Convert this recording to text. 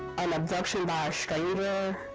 um abduction by a stranger